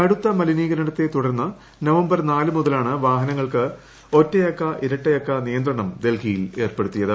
കടുത്ത മലിനീകരണത്തെ തുടർന്ന് നവംബർ നാല് മുതലാണ് വാഹനങ്ങൾക്ക് ഒറ്റയക്ക ഇരട്ടയക്ക നിയന്ത്രണം ഡൽഹിയിൽ ഏർപ്പെടുത്തിയത്